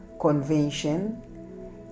Convention